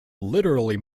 literally